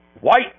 white